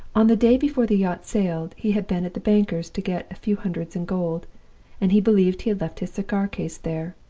on the day before the yacht sailed, he had been at the banker's to get a few hundreds in gold and he believed he had left his cigar-case there.